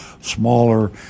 smaller